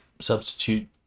substitute